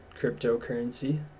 cryptocurrency